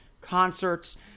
concerts